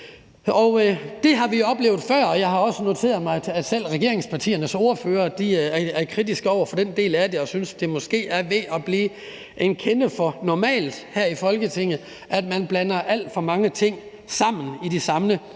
det har vi jo oplevet før, og jeg har også noteret mig, at selv regeringspartiernes ordførere er kritiske over for den del af det, og at de måske synes, at det er ved at blive en kende for normalt her i Folketinget, at man blander alt for mange ting sammen i de samme